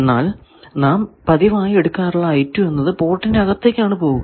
എന്നാൽ നാം പതിവായി എടുക്കാറുള്ള എന്നത് പോർട്ടിനകത്തേക്കാണ് പോകുക